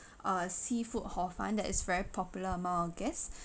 uh seafood hor fun that is very popular among our guests